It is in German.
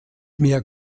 mehr